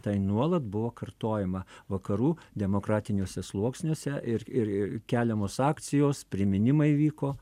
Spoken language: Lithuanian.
tai nuolat buvo kartojama vakarų demokratiniuose sluoksniuose ir ir keliamos akcijos priminimai vyko